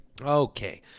Okay